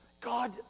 God